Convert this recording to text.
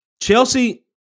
Chelsea